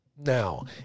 Now